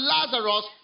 Lazarus